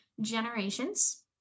generations